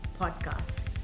podcast